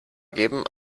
geben